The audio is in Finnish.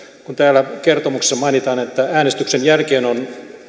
kun täällä kertomuksessa mainitaan että äänestyksen jälkeen on